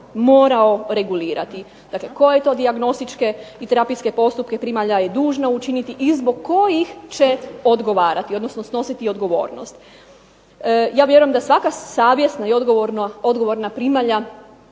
morao regulirati, dakle koje to dijagnostičke i terapijske postupke primalja je dužna učinit i zbog kojih će odgovarati odnosno snositi odgovornost. Ja vjerujem da svaka savjesna i odgovorna primalja